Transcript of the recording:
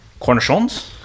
cornichons